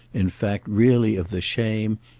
in fact really of the shame,